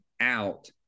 out